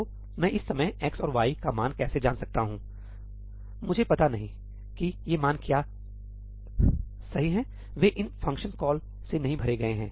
तो मैं इस समय x और y का मान कैसे जान सकता हूं मुझे पता नहीं है कि ये मान क्या सही हैं वे इन फ़ंक्शन कॉल से नहीं भरे गए हैं